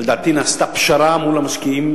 ולדעתי נעשתה פשרה משמעותית מול המשקיעים,